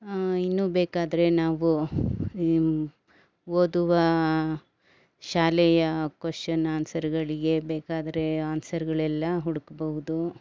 ಇನ್ನೂ ಬೇಕಾದರೆ ನಾವು ಓದುವ ಶಾಲೆಯ ಕ್ವೆಷನ್ ಆನ್ಸರ್ಗಳಿಗೆ ಬೇಕಾದರೆ ಆನ್ಸರ್ಗಳೆಲ್ಲ ಹುಡುಕ್ಬಹುದು